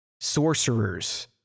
sorcerers